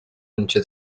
اونچه